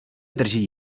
drží